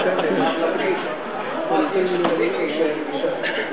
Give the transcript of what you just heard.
ראיתי ממש עכשיו מדרש קטן: